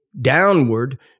downward